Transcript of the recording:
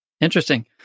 Interesting